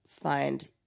find